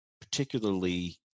particularly